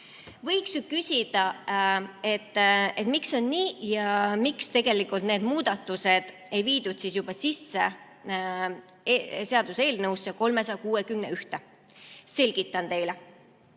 Võiks ju küsida, miks on nii ja miks neid muudatusi ei viidud juba sisse seaduseelnõusse 361. Selgitan teile.